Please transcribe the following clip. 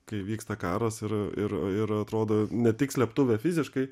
kai vyksta karas ir ir ir atrodo ne tik slėptuvė fiziškai